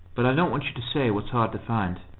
but i don't want you to say what's hard to find.